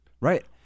right